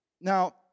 Now